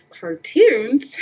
cartoons